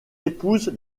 épouse